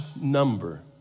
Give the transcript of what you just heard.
number